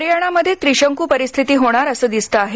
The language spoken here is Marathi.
हरयाणामध्ये त्रिशंक्र परिस्थिती होणार असं दिसतं आहे